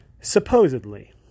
Supposedly